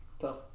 Tough